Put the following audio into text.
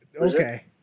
Okay